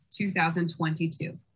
2022